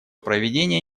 проведение